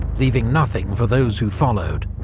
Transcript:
leaving nothing for those who followed,